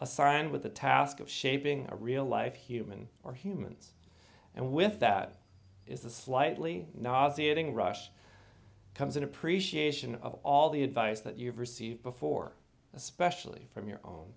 assigned with the task of shaping a real life human or humans and with that is a slightly nauseatingly rush comes in appreciation of all the advice that you've received before especially from your own